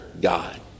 God